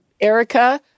Erica